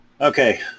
Okay